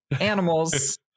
animals